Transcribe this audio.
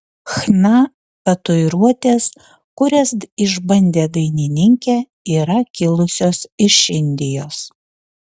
chna tatuiruotės kurias išbandė dainininkė yra kilusios iš indijos